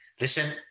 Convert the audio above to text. Listen